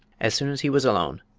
as soon as he was alone,